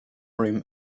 room